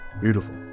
Beautiful